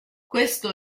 questo